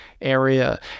area